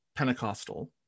Pentecostal